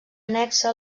annexa